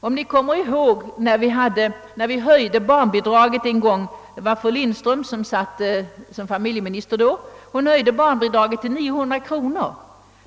Jag antar att kammarens ledamöter erinrar sig den gång fru Lindström lade fram förslag om höjning av barnbidraget till 900 kronor.